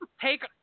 take